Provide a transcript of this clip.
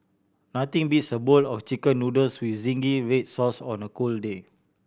nothing beats a bowl of Chicken Noodles with zingy red sauce on a cold day